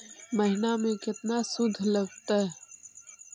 महिना में केतना शुद्ध लगतै?